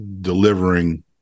delivering